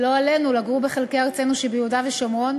הם יוכלו לקבל מענה ולקבל לפחות כמו שכירים באותם תנאים.